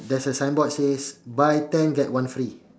there's a sign board says buy ten get one free